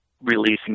releasing